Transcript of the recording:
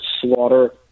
slaughter